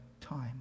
time